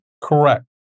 Correct